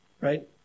right